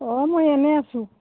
অঁ মই এনেই আছোঁ